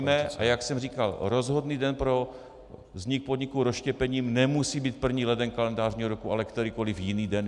A jak jsem říkal, rozhodný den pro vznik podniku rozštěpením nemusí být 1. leden kalendářního roku, ale kterýkoli jiný den.